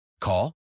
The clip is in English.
Call